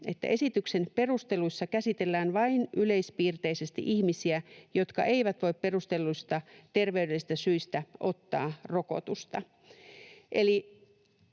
että ”esityksen perusteluissa käsitellään vain yleispiirteisesti ihmisiä, jotka eivät voi perustelluista terveydellisistä syistä ottaa rokotusta”.